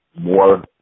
more –